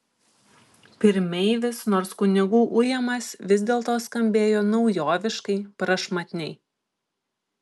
pirmeivis nors kunigų ujamas vis dėlto skambėjo naujoviškai prašmatniai